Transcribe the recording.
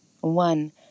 One